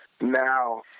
now